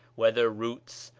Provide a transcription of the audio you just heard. whether roots,